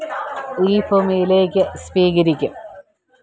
ഈ ഭൂമിയിലേക്ക് സ്വീകരിക്കും